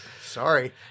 sorry